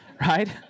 Right